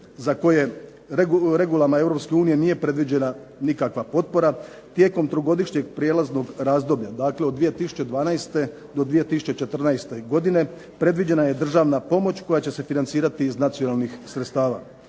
za koje regulama Europske unije nije predviđena nikakva potpora tijekom trogodišnjeg prijelaznog razdoblja, dakle od 2012. do 2014. godine predviđena je državna pomoć koja će se financirati iz nacionalnih sredstava.